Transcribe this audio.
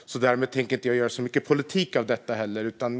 Därmed tänker jag inte heller göra så mycket politik av detta.